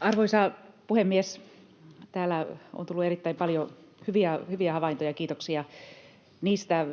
Arvoisa puhemies! Täällä on tullut erittäin paljon hyviä havaintoja — kiitoksia niistä.